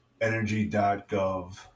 energy.gov